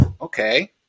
okay